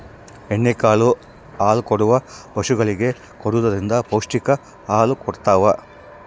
ಎಣ್ಣೆ ಕಾಳು ಹಾಲುಕೊಡುವ ಪಶುಗಳಿಗೆ ಕೊಡುವುದರಿಂದ ಪೌಷ್ಟಿಕ ಹಾಲು ಕೊಡತಾವ